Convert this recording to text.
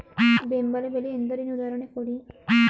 ಬೆಂಬಲ ಬೆಲೆ ಎಂದರೇನು, ಉದಾಹರಣೆ ಕೊಡಿ?